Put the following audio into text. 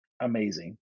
amazing